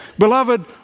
Beloved